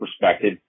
perspective